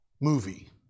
movie